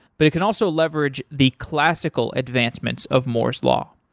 but it can also leverage the classical advancements of moore's law.